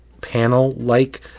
panel-like